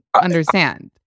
understand